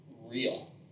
real